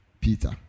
Peter